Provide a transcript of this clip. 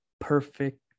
perfect